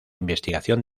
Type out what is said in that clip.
investigación